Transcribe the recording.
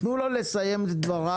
תנו לו לסיים את דבריו,